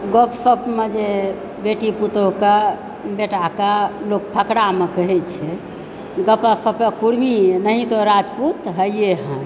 गप सपमे जे बेटी पोतहूकऽ बेटाकऽ लोक फकड़ामे कहय छै देखै सभमे कुर्मी नहि तऽ राजपुत हइए है